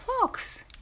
fox